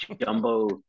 jumbo